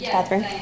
Catherine